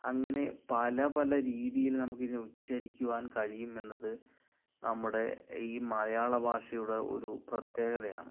അങ്ങനെ പല പല രീതിയില് നമുക്കിതിനെ ഉച്ചരിക്കുവാൻ കഴുയും എന്നത് നമ്മുടെ ഈ മലയാള ഭാഷയുടെ ഒരു പ്രത്യേകതയാണ്